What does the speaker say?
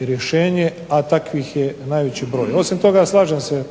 rješenje,a takvih je najveći broj. Osim toga slažem se